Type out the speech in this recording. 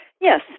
Yes